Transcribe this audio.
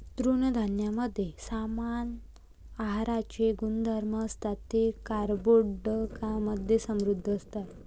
तृणधान्यांमध्ये समान आहाराचे गुणधर्म असतात, ते कर्बोदकांमधे समृद्ध असतात